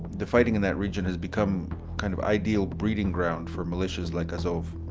the fighting in that region has become kind of ideal breeding ground for militias like azov.